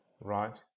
Right